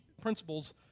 principles